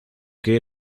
que